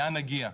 לאן נגיע.